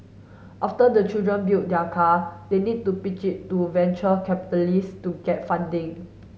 after the children build their car they need to pitch it to venture capitalist to get funding